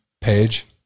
page